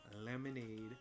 lemonade